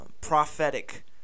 prophetic